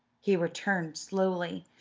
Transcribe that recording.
he returned slowly,